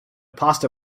pasta